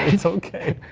it's okay.